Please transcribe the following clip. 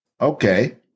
Okay